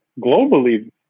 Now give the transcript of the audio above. globally